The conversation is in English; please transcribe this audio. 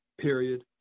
period